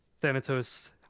Thanatos